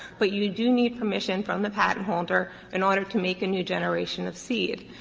but you do need permission from the patentholder in order to make a new generation of seed.